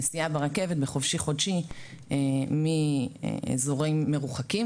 נסיעה ברכבת וחופשי חודשי מאזורים מרוחקים,